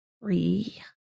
Three